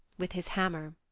with his hammer.